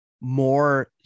more